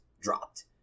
dropped